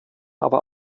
aber